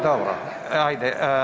Dobro, ajde.